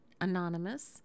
anonymous